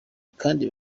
kandi